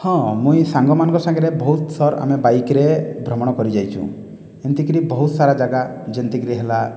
ହଁ ମୁଇଁ ସାଙ୍ଗମାନଙ୍କ ସାଙ୍ଗରେ ବହୁତ ସର୍ ଆମେ ବାଇକ୍ରେ ଭ୍ରମଣ କରିଯାଇଚୁଁ ଏମିତିକରି ବହୁତ୍ ସାରା ଜାଗା ଯେମିତିକରି ହେଲା